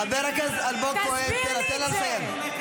חבר הכנסת אושר שקלים.